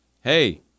Hey